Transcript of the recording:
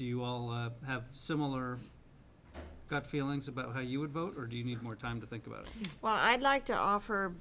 you all have similar gut feelings about how you would vote or do you need more time to think about why i'd like to offer